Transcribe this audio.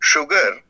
Sugar